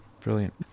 Brilliant